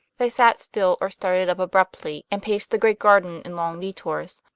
they sat still or started up abruptly, and paced the great garden in long detours,